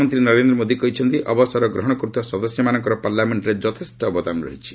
ପ୍ରଧାନମନ୍ତ୍ରୀ ନରେନ୍ଦ୍ର ମୋଦି କହିଛନ୍ତି ଅବସର ଗ୍ରହଣ କରୁଥିବା ସଦସ୍ୟମାନଙ୍କର ପାର୍ଲାମେଣ୍ଟରେ ଯଥେଷ୍ଟ ଅବଦାନ ରହିଛି